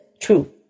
true